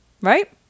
right